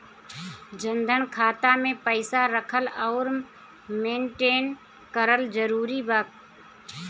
जनधन खाता मे पईसा रखल आउर मेंटेन करल जरूरी बा?